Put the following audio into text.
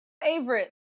favorite